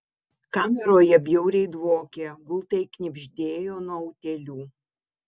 kameroje bjauriai dvokė gultai knibždėjo nuo utėlių